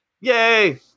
Yay